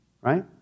Right